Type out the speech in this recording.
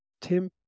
Tim